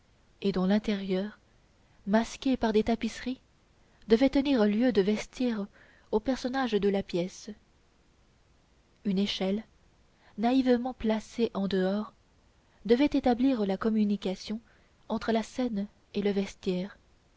et dont l'intérieur masqué par des tapisseries devait tenir lieu de vestiaire aux personnages de la pièce une échelle naïvement placée en dehors devait établir la communication entre la scène et le vestiaire